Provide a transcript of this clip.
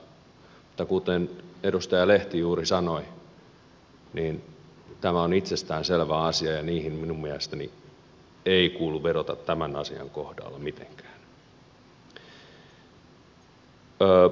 mutta kuten edustaja lehti juuri sanoi tämä on itsestään selvä asia ja niihin minun mielestäni ei kuulu vedota tämän asian kohdalla mitenkään